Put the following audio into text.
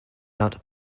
out